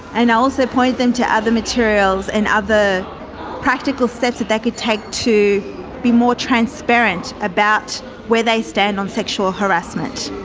and also point them to other materials and other practical steps that they could take to be more transparent about where they stand on sexual harassment.